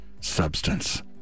substance